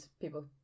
people